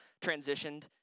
transitioned